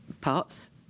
parts